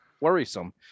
worrisome